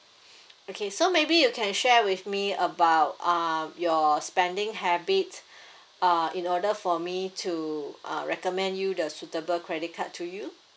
okay so maybe you can share with me about uh your spending habits uh in order for me to uh recommend you the suitable credit card to you